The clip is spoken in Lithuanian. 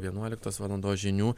vienuoliktos valandos žinių